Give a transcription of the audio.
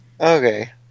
Okay